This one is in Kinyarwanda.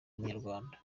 umunyarwanda